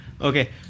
Okay